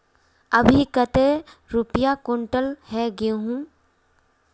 अभी कते रुपया कुंटल है गहुम?